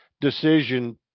decision